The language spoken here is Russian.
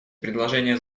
предложения